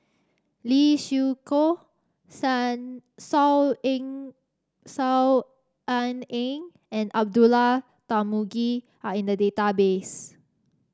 Lee Siew Choh Saw Saw Ean Ang and Abdullah Tarmugi are in the database